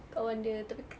kawan dia tapi